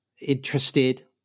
interested